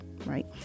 Right